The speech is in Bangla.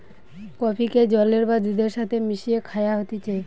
কফিকে জলের বা দুধের সাথে মিশিয়ে খায়া হতিছে